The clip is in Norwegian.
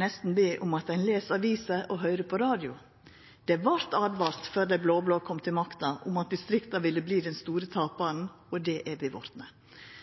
nesten be om at ein les aviser og høyrer på radio. Det vart åtvara før dei blå-blå kom til makta, om at distrikta ville verta den store taparen, og det er vi